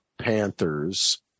Panthers